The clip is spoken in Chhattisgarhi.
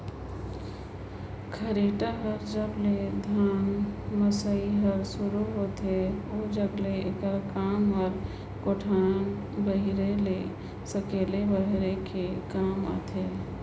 खरेटा कर जब ले धान मसई हर सुरू होथे ओजग ले एकर काम हर कोठार बाहिरे ले सकेले बहारे कर काम मे आथे